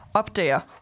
opdager